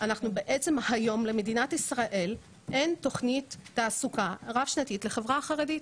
בעצם היום למדינת ישראל אין תכנית תעסוקה רב שנתית לחברה החרדית.